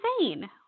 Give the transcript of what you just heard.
insane